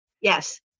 Yes